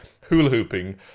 hula-hooping